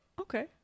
okay